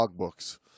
logbooks